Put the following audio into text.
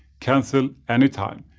cancel anytime.